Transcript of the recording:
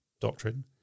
doctrine